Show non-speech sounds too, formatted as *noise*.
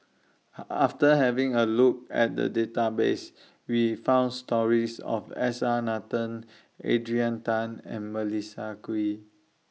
*noise* after taking A Look At The Database We found stories of S R Nathan Adrian Tan and Melissa Kwee